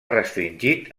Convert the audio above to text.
restringit